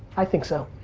i think so.